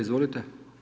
Izvolite.